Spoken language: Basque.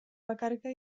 bakarka